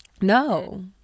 no